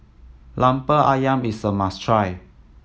Lemper Ayam is a must try